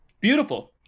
Beautiful